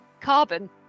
carbon